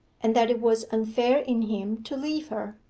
and that it was unfair in him to leave her?